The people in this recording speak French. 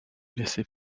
laissaient